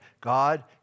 God